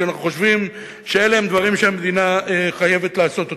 שאנחנו חושבים שאלה הם דברים שהמדינה חייבת לעשות אותם,